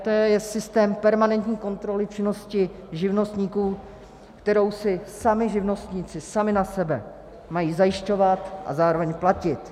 EET je systém permanentní kontroly činnosti živnostníků, kterou si sami živnostníci sami na sebe mají zajišťovat a zároveň platit.